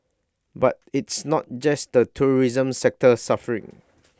but it's not just the tourism sector suffering